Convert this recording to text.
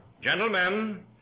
Gentlemen